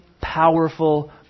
powerful